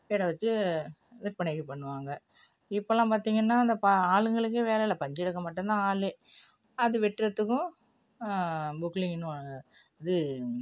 விலை வச்சு விற்பனைக்கு பண்ணுவாங்க இப்பெல்லாம் பார்த்தீங்கன்னா அந்த ப ஆளுங்களுக்கே வேலை இல்லை பஞ்சு எடுக்க மட்டும்தான் ஆள் அது வெட்டுறத்துக்கும் பொக்லிங்கினு இது